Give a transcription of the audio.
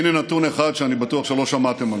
הינה נתון אחד שאני בטוח שלא שמעתם עליו.